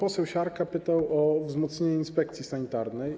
Pan poseł Siarka pytał o wzmocnienie inspekcji sanitarnej.